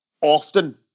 often